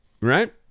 Right